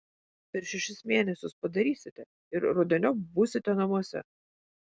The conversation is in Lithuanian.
per šešis mėnesius padarysite ir rudeniop būsite namuose